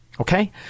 okay